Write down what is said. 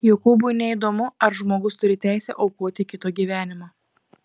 jokūbui neįdomu ar žmogus turi teisę aukoti kito gyvenimą